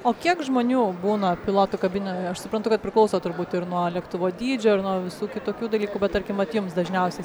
o kiek žmonių būna pilotų kabinoje aš suprantu kad priklauso turbūt ir nuo lėktuvo dydžio ir nuo visų kitokių dalykų bet tarkim vat jums dažniausiai